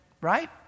right